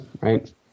Right